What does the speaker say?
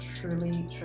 truly